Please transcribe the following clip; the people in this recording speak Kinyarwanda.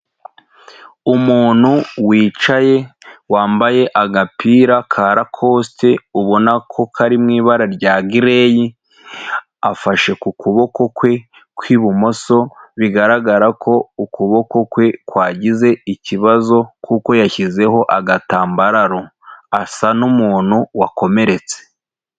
Umuntu wicaye wambaye agapira ka rakosite ubona ko kari mu ibara rya gireyi, afashe ku kuboko kwe kw'ibumoso bigaragara ko ukuboko kwe kwagize ikibazo kuko yashyizeho agatambaro, asa n'umuntu wakomeretse.